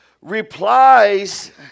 replies